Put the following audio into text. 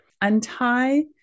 untie